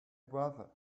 brother